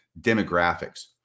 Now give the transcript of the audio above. demographics